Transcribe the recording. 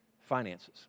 Finances